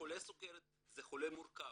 חולה סוכרת זה חולה מורכב,